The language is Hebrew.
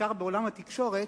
בעיקר בעולם התקשורת,